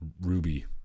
ruby